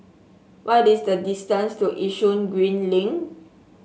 what is the distance to Yishun Green Link